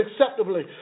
acceptably